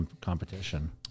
competition